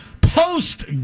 post